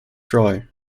troy